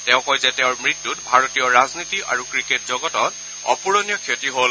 তেওঁ কয় যে তেওঁৰ মৃত্যুত ভাৰতীয় ৰাজনীতি আৰু ক্ৰিকেট জগতত অপুৰণীয় ক্ষতি হল